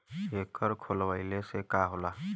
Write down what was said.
एकर खोलवाइले से का होला?